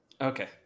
Okay